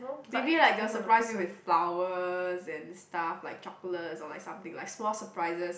maybe like they will surprise you with flowers and stuff like chocolates or like something like small surprises